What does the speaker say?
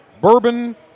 Bourbon